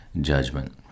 judgment